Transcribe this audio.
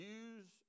use